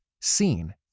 seen